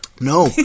No